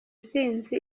nsinzi